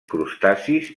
crustacis